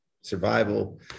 survival